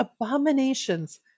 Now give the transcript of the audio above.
abominations